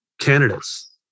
candidates